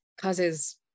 causes